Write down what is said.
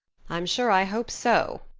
i'm sure i hope so,